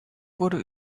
wurde